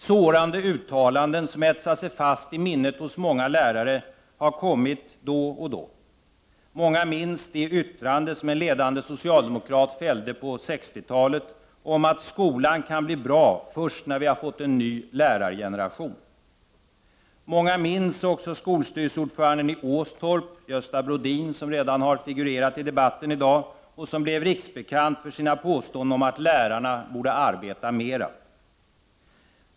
Sårande uttalanden, som etsat sig fast i minnet hos många lärare, har kommit då och då. Många minns det yttrande som en ledande socialdemokrat fällde på 60-talet om att skolan kan bli bra först när vi fått en ny lärargeneration. Många minns också skolstyrelseordföranden i Åstorp, Gösta Brodin, som redan har figurerat i debatten i dag, som blivit riksbekant för sina påståenden om att lärarna borde arbeta mera.